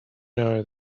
know